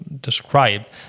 described